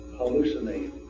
hallucinate